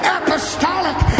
apostolic